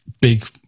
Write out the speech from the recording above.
big